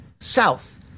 South